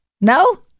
No